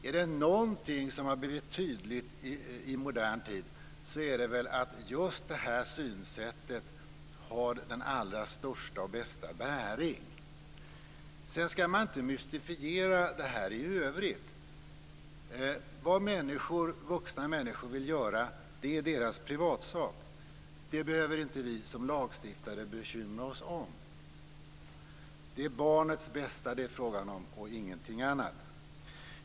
Är det någonting som har blivit tydligt i modern tid så är det väl att just detta synsätt har den allra största och bästa bäring. Sedan skall man inte mystifiera detta i övrigt. Vad vuxna människor vill göra är deras privatsak. Det behöver vi som lagstiftare inte bekymra oss om. Det är barnets bästa som det är fråga om och ingenting annat.